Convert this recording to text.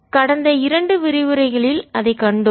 கடந்த இரண்டு விரிவுரைகளில் அதைக் கண்டோம்